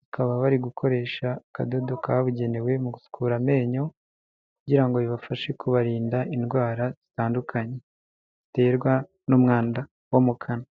bakaba bari gukoresha akadodo kabugenewe mu gusukura amenyo kugirango bibafashe kubarinda indwara zitandukanye ziterwa n'umwanda wo mu kanwa.